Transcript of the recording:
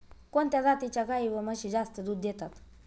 कोणत्या जातीच्या गाई व म्हशी जास्त दूध देतात?